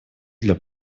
для